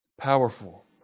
Powerful